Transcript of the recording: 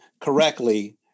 correctly